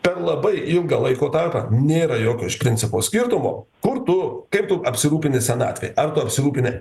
per labai ilgą laiko tarpą nėra jokio iš principo skirtumo kur tu kaip tu apsirūpini senatvei ar tu apsirūpini